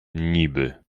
niby